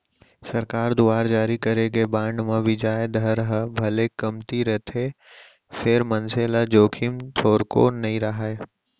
सरकार दुवार जारी करे गे बांड म बियाज दर ह भले कमती रहिथे फेर मनसे ल जोखिम थोरको नइ राहय